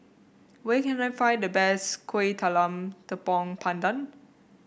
where can I find the best Kuih Talam Tepong Pandan